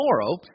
tomorrow